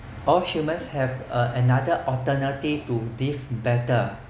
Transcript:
all humans have uh another alternative to live better